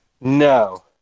No